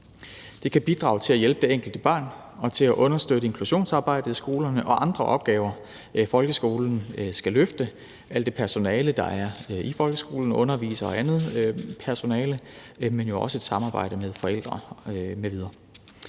Det kan bidrage til at hjælpe det enkelte barn og til at understøtte inklusionsarbejdet i skolerne og andre opgaver, folkeskolen skal løfte, i forhold til alt det personale, der er i folkeskolen, altså undervisere og andet personale, men jo også i forhold til et samarbejde med forældre m.v.